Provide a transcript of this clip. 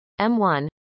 M1